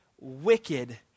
wicked